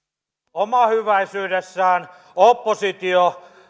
omahyväisyydessään oppositio